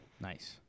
nice